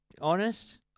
Honest